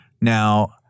Now